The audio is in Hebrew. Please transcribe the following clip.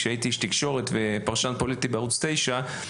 כשהייתי איש תקשורת ופרשן פוליטי בערוץ 9,